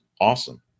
awesome